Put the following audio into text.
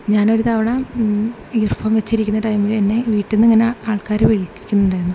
ഞാനൊരു തവണ earphone വെച്ചിരിക്കുന്ന ടൈമിൽ എന്നെ വീട്ടിൽ നിന്ന് ഇങ്ങനെ ആൾക്കാർ വിളിക്കുന്നുണ്ടായിരുന്നു